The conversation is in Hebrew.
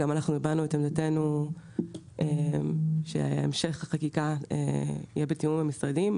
גם אנחנו הבענו את עמדתנו שהמשך החקיקה יהיה בתיאום עם המשרדים.